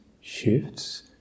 shifts